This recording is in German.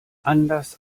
anders